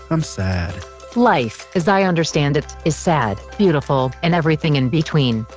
i'm sad life as i understand it is sad, beautiful, and everything in-between.